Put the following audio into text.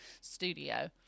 studio